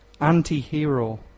anti-hero